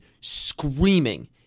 screaming